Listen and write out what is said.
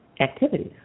activities